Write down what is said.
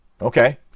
Okay